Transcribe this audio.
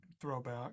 throwback